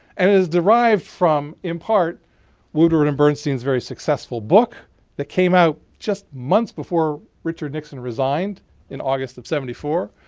and it is derived from in part woodward and bernstein's very successful book that came out just months before richard nixon resigned in august of seventy four.